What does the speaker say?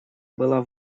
была